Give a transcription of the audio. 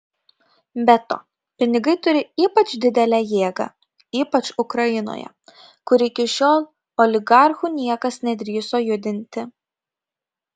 be to pinigai turi ypač didelę jėgą ypač ukrainoje kur iki šiol oligarchų niekas nedrįso judinti